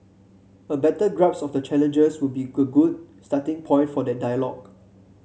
a better grasp of the challenges will be good good starting point for that dialogue